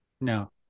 No